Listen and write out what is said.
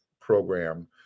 program